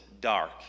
dark